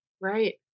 Right